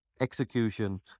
execution